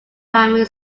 primary